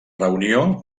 reunió